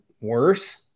worse